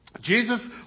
Jesus